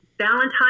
valentine